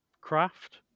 craft